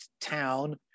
town